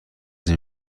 این